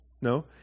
No